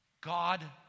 God